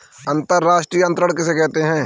अंतर्राष्ट्रीय अंतरण किसे कहते हैं?